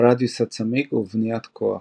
רדיוס הצמיג ובניית כוח.